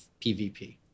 PVP